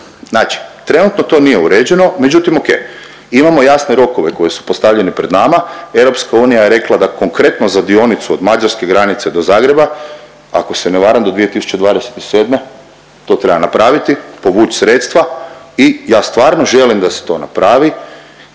znači, trenutno to nije uređeno, međutim, oke, imamo jasne rokove koji su postavljeni pred nama, EU je rekla da konkretno za dionicu od mađarske granice do Zagreba, ako se ne varam, do 2027. to treba napraviti, povući sredstva i ja stvarno želim da se to napravi,